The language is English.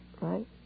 Right